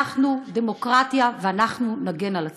אנחנו דמוקרטיה, ואנחנו נגן על עצמנו.